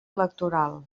electoral